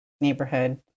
neighborhood